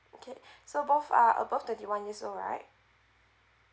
okay so both are above thirty one years old right